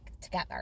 together